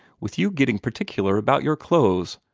with you getting particular about your clothes,